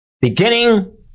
Beginning